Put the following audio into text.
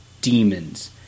demons